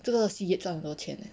这个 Seagate 赚很多钱 eh